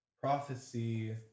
prophecy